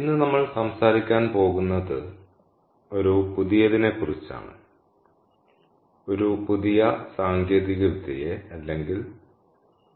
ഇന്ന് നമ്മൾ സംസാരിക്കാൻ പോകുന്നത് ഒരു പുതിയതിനെക്കുറിച്ചാണ് ഒരു പുതിയ സാങ്കേതികവിദ്യയെ അല്ലെങ്കിൽ